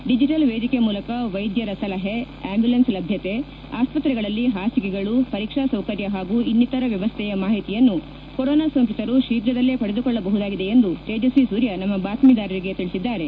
digital ವೇದಿಕೆ ಮೂಲಕ ವೈದ್ಯರ ಸಲಹೆ ಆಂಬ್ಲುಲೆನ್ಸ್ ಲಭ್ಯತೆ ಆಸ್ಪತ್ರೆಗಳಲ್ಲಿ ಹಾಸಿಗೆಗಳು ಪರೀಕ್ಷಾ ಸೌಕರ್ಯ ಹಾಗೂ ಇನ್ನಿತರ ವ್ಯವಸ್ಥೆಯ ಮಾಹಿತಿಯನ್ನು ಕೊರೋನಾ ಸೋಂಕಿತರು ಶೀಘ್ರದಲ್ಲೇ ಪಡೆದುಕೊಳ್ಳಬಹುದಾಗಿದೆ ಎಂದು ತೇಜಸ್ವಿ ಸೂರ್ಯ ನಮ್ಮ ಬಾತ್ತಿದಾರರಿಗೆ ತಿಳಿಸಿದ್ದಾರೆ